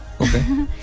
Okay